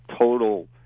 total